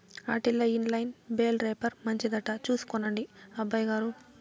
ఆటిల్ల inline bale wrapper మంచిదట చూసి కొనండి అబ్బయిగారు